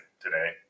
today